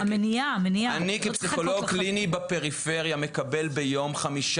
הרבה פעמים אני מתווכחת על הדברים